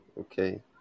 okay